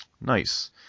Nice